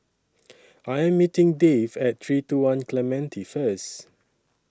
I Am meeting Dave At three two one Clementi First